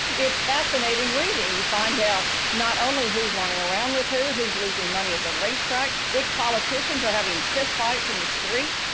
it's fascinating reading. you find out not only who's running around with who, who's losing money at the racetrack, which politicians are having fistfights in the street.